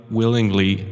willingly